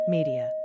Media